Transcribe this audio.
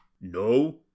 No